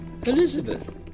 Elizabeth